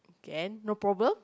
can no problem